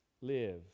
Live